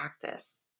practice